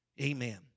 Amen